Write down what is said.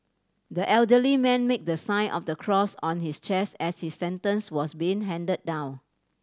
the elderly man made the sign of the cross on his chest as his sentence was being handed down